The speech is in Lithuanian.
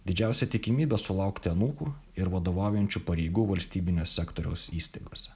didžiausia tikimybė sulaukti anūkų ir vadovaujančių pareigų valstybinio sektoriaus įstaigose